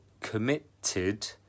committed